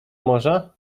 morza